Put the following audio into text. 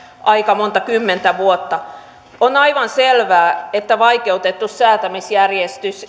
aika monta kymmentä vuotta on aivan selvää että vaikeutettu säätämisjärjestys